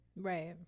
Right